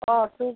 ଓ ତୁ